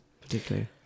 particularly